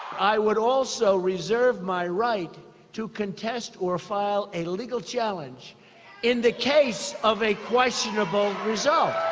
i would also reserve my right to contest or file a legal challenge in the case of a questionable result,